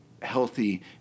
healthy